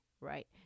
right